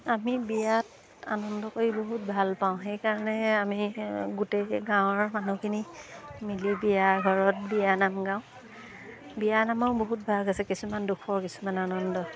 আমি বিয়াত আনন্দ কৰি বহুত ভাল পাওঁ সেইকাৰণে আমি গোটেই গাঁৱৰ মানুহখিনি মিলি বিয়া ঘৰত বিয়ানাম গাওঁ বিয়ানামৰ বহুত ভাগ আছে কিছুমান দুখৰ কিছুমান আনন্দ